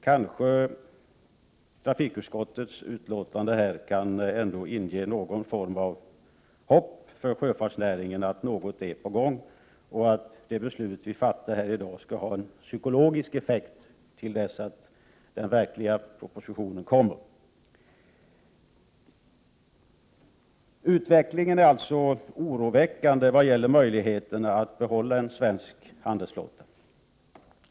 Kanske detta trafikutskottets betänkande ändå kan inge litet hopp för sjöfartsnäringen om att någonting är på gång och att det beslut som vi fattar i dag skall ha psykologisk effekt till dess en proposition verkligen kommer. Utvecklingen är alltså oroväckande vad gäller möjligheterna att behålla en svensk handelsflotta.